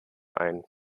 ein